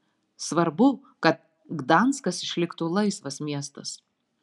svarbu kad gdanskas išliktų laisvas miestas